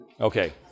Okay